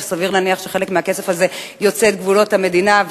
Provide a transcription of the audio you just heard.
וסביר להניח שחלק מהכסף הזה יוצא את גבולות המדינה,